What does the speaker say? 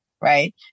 Right